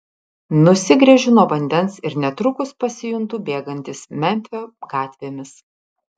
nusigręžiu nuo vandens ir netrukus pasijuntu bėgantis memfio gatvėmis